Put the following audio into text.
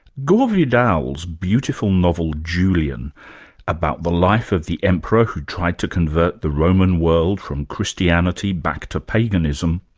gore vidal's beautiful novel julian about the life of the emperor who tried to convert the roman world from christianity back to paganism,